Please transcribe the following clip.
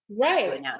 Right